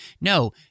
No